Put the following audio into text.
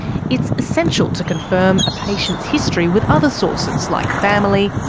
it's essential to confirm a patient's history with other sources like family,